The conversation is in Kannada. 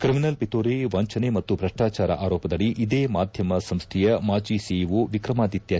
ಕ್ರಿಮಿನಲ್ ಪಿತೂರಿ ವಂಚನೆ ಮತ್ತು ಭ್ರಷ್ಟಾಚಾರ ಆರೋಪದಡಿ ಇದೇ ಮಾಧ್ಯಮ ಸಂಸ್ಟೆಯ ಮಾಜಿ ಸಿಇಒ ವಿಕ್ರಮಾದಿತ್ಲ